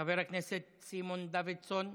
חבר הכנסת סימון דוידסון,